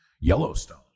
Yellowstone